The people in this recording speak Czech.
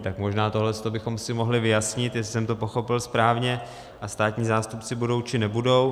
Tak možná tohle bychom si mohli vyjasnit, jestli jsem to pochopil správně a státní zástupci budou, či nebudou.